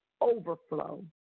overflow